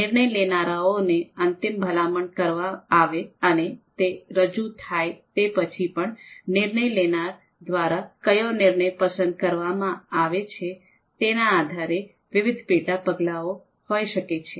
નિર્ણય લેનારાઓને અંતિમ ભલામણ કરવામાં આવે અને તે રજૂ થાય તે પછી પણ નિર્ણય લેનારા દ્વારા કયો નિર્ણય પસંદ કરવામાં આવે છે તેના આધારે વિવિધ પેટા પગલાઓ હોઈ શકે છે